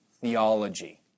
theology